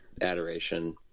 adoration